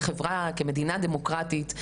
כחברה ומדינה דמוקרטית,